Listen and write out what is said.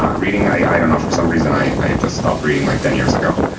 um reading, i i don't know, for some reason i i just stopped reading like ten years ago.